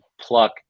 pluck